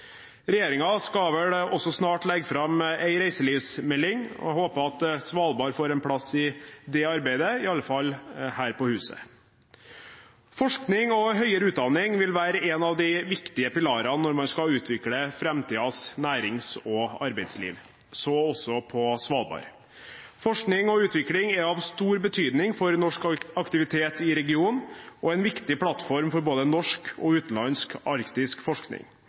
snart legge fram en reiselivsmelding. Jeg håper Svalbard får en plass i det arbeidet, i alle fall her på huset. Forskning og høyere utdanning vil være en av de viktige pilarene når man skal utvikle framtidens nærings- og arbeidsliv, så også på Svalbard. Forskning og utvikling er av stor betydning for norsk aktivitet i regionen og en viktig plattform for både norsk og utenlandsk arktisk forskning.